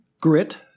grit